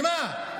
למה?